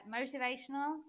motivational